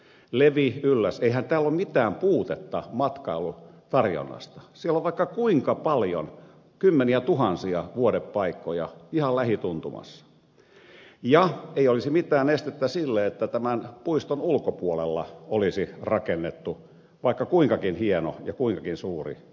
levi ylläs eihän täällä ole mitään puutetta matkailutarjonnasta siellä on vaikka kuinka paljon kymmeniätuhansia vuodepaikkoja ihan lähituntumassa eikä olisi mitään estettä sille että tämän puiston ulkopuolelle olisi rakennettu vaikka kuinkakin hieno ja kuinkakin suuri hotelli